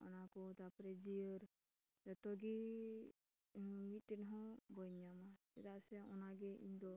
ᱚᱱᱟᱠᱚ ᱛᱟᱨᱯᱚᱨ ᱡᱤᱭᱟᱹᱨ ᱡᱚᱛᱚ ᱜᱮ ᱢᱤᱫᱴᱮᱱ ᱦᱚᱸ ᱵᱟᱹᱧ ᱧᱟᱢᱟ ᱪᱮᱫᱟᱜ ᱥᱮ ᱚᱱᱟᱜᱮ ᱤᱧ ᱫᱚ